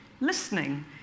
listening